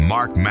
Mark